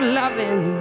loving